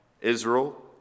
Israel